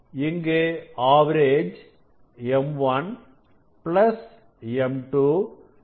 இங்கு average m1 plus m2 divided by 2